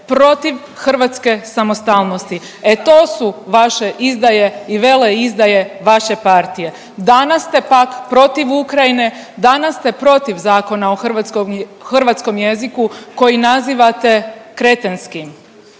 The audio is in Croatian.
protiv hrvatske samostalnosti. E to su vaše izdaje i veleizdaje vaše partije. Danas ste pak protiv Ukrajine, danas ste protiv Zakona o hrvatskom jeziku koji nazivate kretenskim.